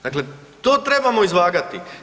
Dakle, to trebamo izvagati.